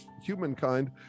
humankind